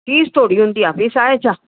fees थोरी हूंदी आहे फीस आहे छा